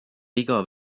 iga